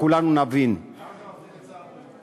שכולנו נבין --- למה זה מפחיד את שר הבריאות?